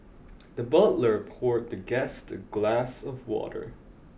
the butler poured the guest a glass of water